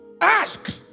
Ask